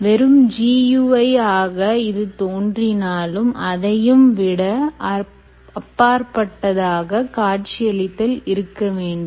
வெறும் GUI ஆக இது தோன்றினாலும் அதையும் விட அப்பாற்பட்டதாக காட்சியளித்தல் இருக்க வேண்டும்